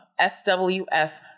SWS